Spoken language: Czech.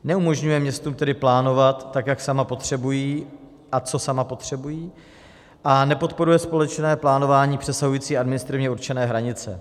Neumožňuje městům tedy plánovat, tak jak sama potřebují a co sama potřebují, a nepodporuje společné plánování přesahující administrativně určené hranice.